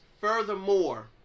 Furthermore